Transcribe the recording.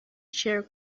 chair